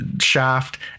shaft